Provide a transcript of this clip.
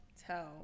tell